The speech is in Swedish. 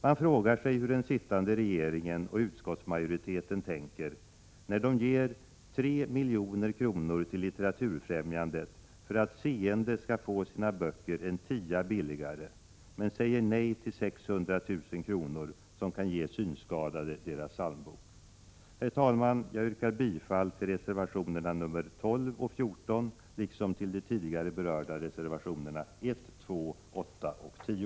Man frågar sig hur den sittande regeringen och utskottsmajoriteten tänker när de ger 3 milj.kr. till Litteraturfrämjandet för att seende skall få sina böcker en tia billigare men säger nej till 600 000 kr. som kan ge synskadade deras psalmbok. Herr talman! Jag yrkar bifall till reservationerna nr 12 och 14 liksom till de tidigare berörda reservationerna 1, 2, 8 och 10.